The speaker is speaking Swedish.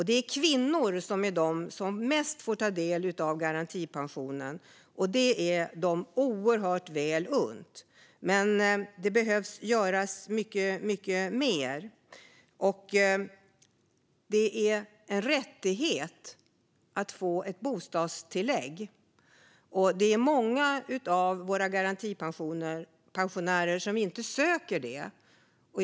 Det är mest kvinnor som får ta del av garantipensionen, och det är dem oerhört väl unt. Men det behöver göras mycket mer. Det är en rättighet att få ett bostadstillägg. Det är många garantipensionärer som inte ansöker om bostadstillägg.